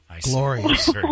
glorious